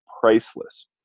priceless